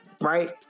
right